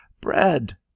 bread